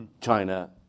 China